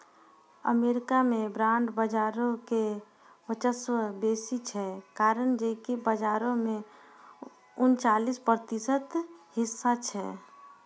America मे bond बजारो के वर्चस्व बेसी छै, कारण जे कि बजारो मे उनचालिस प्रतिशत हिस्सा छै